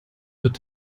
wird